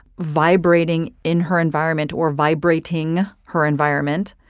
vibrating in her environment or vibrating her environment.